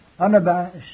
unabashed